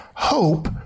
Hope